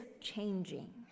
changing